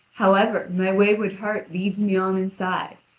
however, my wayward heart leads me on inside,